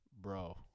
Bro